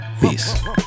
peace